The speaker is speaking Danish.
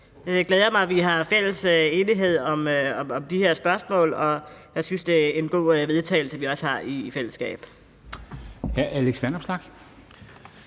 Det glæder mig, at vi har fælles forståelse af de her spørgsmål, og jeg synes, det er en god vedtagelse, vi også har i fællesskab.